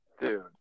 Dude